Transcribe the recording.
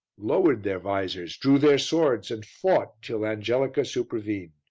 lowered their vizors, drew their swords and fought till angelica supervened.